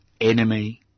enemy